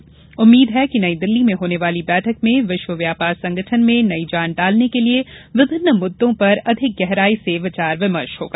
अनुमान है कि नई दिल्ली होने वाली बैठक में विश्व व्यापार संगठन में नई जान डालने के लिए विभिन्न मुद्दों पर अधिक गहराई से विचार विमर्श होगा